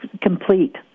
complete